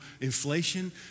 inflation